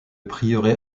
prieuré